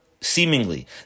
seemingly